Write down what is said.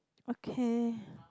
okay